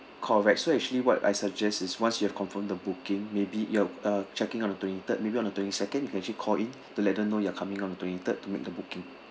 correct so actually what I suggest is once you have confirm the booking maybe you're uh check in on the twenty third maybe on the twenty second you can actually call in to let her know you are coming on the twenty third to make the booking